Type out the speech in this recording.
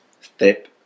Step